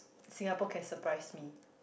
Singapore can surprise me